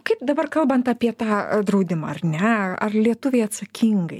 kaip dabar kalbant apie tą draudimą ar ne ar lietuviai atsakingai